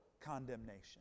condemnation